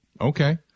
Okay